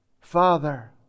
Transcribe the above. Father